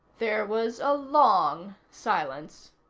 there was a long silence.